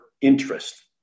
interest